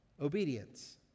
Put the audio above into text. obedience